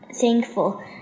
thankful